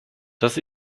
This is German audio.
das